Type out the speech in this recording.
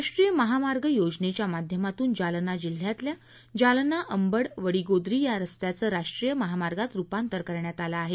राष्ट्रीय महामार्ग योजनेच्या माध्यमातून जालना जिल्ह्यातल्या जालना अंबड वडीगोद्री या रस्त्याचं राष्ट्रीय महामार्गात रुपांतर करण्यात आलं आहे